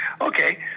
Okay